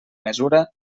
mesura